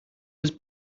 was